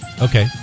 Okay